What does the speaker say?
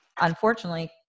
unfortunately-